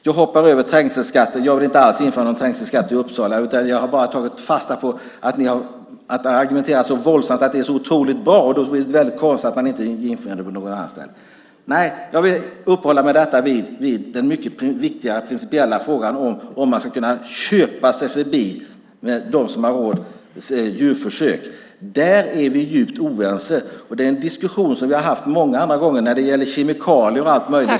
Jag hoppar över trängselskatten. Jag vill inte alls införa någon trängselskatt i Uppsala. Jag har bara tagit fasta på att det har argumenterats så våldsamt om att det är så otroligt bra. Då är det väldigt konstigt att man inte inför det på något annat ställe. Jag vill uppehålla mig vid den mycket viktiga principiella frågan som gäller om de som har råd ska kunna köpa sig förbi djurförsök. Där är vi djupt oense. Det är en diskussion som vi har haft många gånger när det gäller kemikalier och allt möjligt.